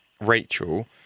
rachel